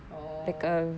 oh